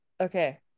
Okay